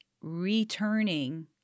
returning